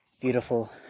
beautiful